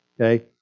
Okay